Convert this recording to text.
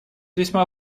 весьма